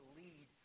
lead